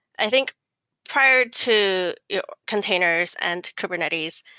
i think prior to containers and kubernetes,